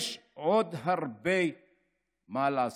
יש עוד הרבה מה לעשות.